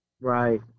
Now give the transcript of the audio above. Right